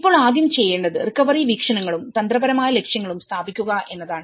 ഇപ്പോൾ ആദ്യം ചെയ്യേണ്ടത് റിക്കവറി വീക്ഷണങ്ങളും തന്ത്രപരമായ ലക്ഷ്യങ്ങളും സ്ഥാപിക്കുക എന്നതാണ്